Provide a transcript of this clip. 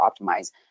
optimize